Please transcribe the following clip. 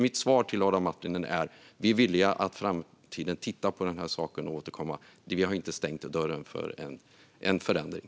Mitt svar till Adam Marttinen är: Vi är villiga att i framtiden titta på den här saken och återkomma. Vi har inte stängt dörren för en förändring.